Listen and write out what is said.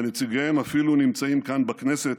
ונציגיהם אפילו נמצאים כאן בכנסת.